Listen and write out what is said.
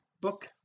book